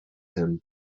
him